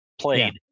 played